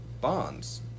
bonds